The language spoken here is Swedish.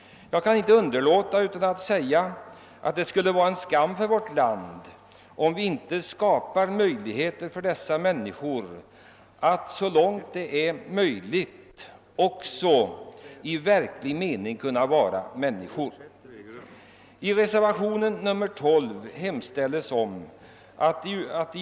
Jag kan inte underlåta att säga att det skulle vara en skam för vårt land, om vi inte skapade möjligheter för dessa människor att så långt möjligt också i verklig mening vara människor. I reservationen 12 hemställes om att .